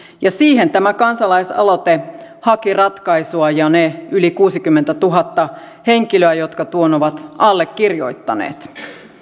ja siihen tämä kansalaisaloite haki ratkaisua ja ne yli kuusikymmentätuhatta henkilöä jotka tuon ovat allekirjoittaneet